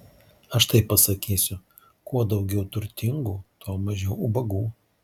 aš taip pasakysiu kuo daugiau turtingų tuo mažiau ubagų